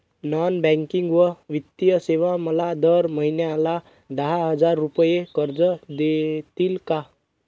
Non banking व वित्तीय सेवा मला दर महिन्याला दहा हजार रुपये कर्ज देतील का?